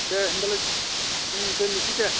दे होमब्लाय दोननोसै दे